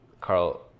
Carl